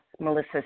Melissa